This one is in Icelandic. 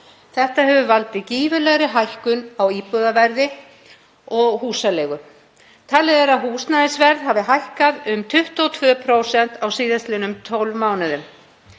Það hefur valdið gífurlegri hækkun á íbúðaverði og húsaleigu. Talið er að húsnæðisverð hafi hækkað um 22% á síðastliðnum 12 mánuðum.